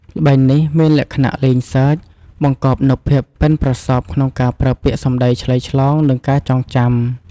ល្បែងនេះមានលក្ខណៈលេងសើច បង្កប់នូវភាពប៉ិនប្រសប់ក្នុងការប្រើពាក្យសំដីឆ្លើយឆ្លង និងការចងចាំ។